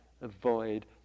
avoid